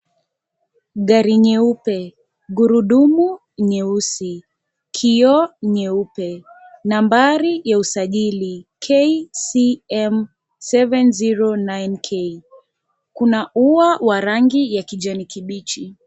Gari nyeupe, gurudumu nyeusi, kioo nyeupe, nambari ya usajili KCM 709K, kuna ua wa rangi ya kijani kibichi.